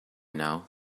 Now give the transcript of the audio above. now